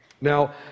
Now